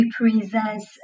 represents